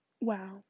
Wow